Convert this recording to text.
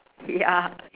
ya